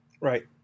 Right